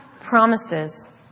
promises